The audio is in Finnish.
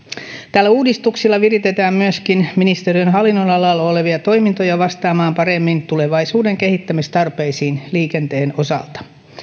tällä uudistuksella viritetään myöskin ministeriön hallinnonalalla olevia toimintoja vastaamaan paremmin tulevaisuuden kehittämistarpeisiin liikenteen osalta